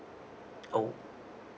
oh